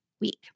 week